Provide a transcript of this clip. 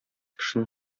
кешенең